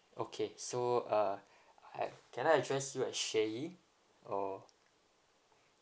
okay so uh I can I address you as shaye or